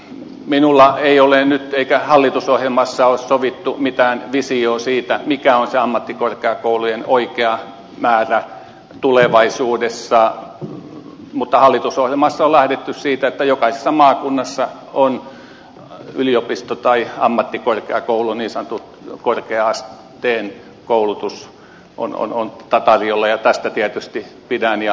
minulla ei ole nyt eikä hallitusohjelmassa ole sovittu mitään visiota siitä mikä on se ammattikorkeakoulujen oikea määrä tulevaisuudessa mutta hallitusohjelmassa on lähdetty siitä että jokaisessa maakunnassa on yliopisto tai ammattikorkeakoulu niin sanottu korkea asteen koulutus on tarjolla ja tästä tietysti pidän ja pidämme kiinni